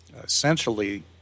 essentially